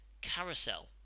Carousel